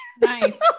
Nice